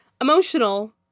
emotional